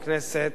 של חבר הכנסת